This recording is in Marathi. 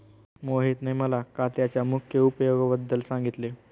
मोहितने मला काथ्याच्या मुख्य उपयोगांबद्दल सांगितले